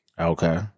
Okay